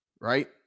right